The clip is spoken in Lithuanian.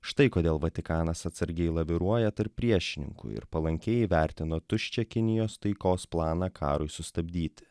štai kodėl vatikanas atsargiai laviruoja tarp priešininkų ir palankiai įvertino tuščią kinijos taikos planą karui sustabdyti